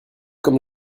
comme